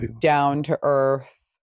down-to-earth